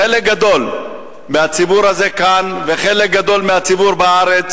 חלק גדול מהציבור הזה כאן וחלק גדול מהציבור בארץ,